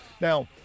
Now